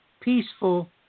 peaceful –